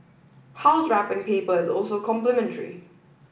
house wrapping paper is also complimentary